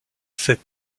cet